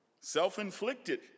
self-inflicted